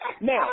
Now